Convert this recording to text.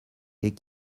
est